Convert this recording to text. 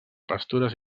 pastures